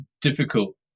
difficult